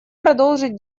продолжить